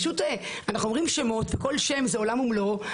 אנחנו אומרים שמות וכל שם זה עולם ומלואו,